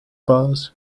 bars